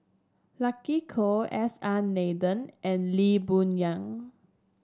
Lucky Koh S R Nathan and Lee Boon Yang